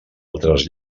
altres